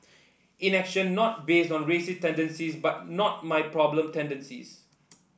inaction not based on racist tendencies but not my problem tendencies